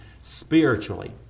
spiritually